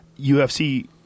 UFC